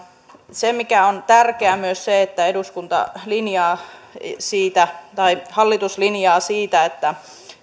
se mikä on myös tärkeää on että eduskunta linjaa tai hallitus linjaa siitä että